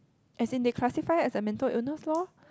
as in they classified it as a mental illness loh